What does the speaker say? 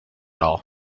all